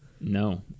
No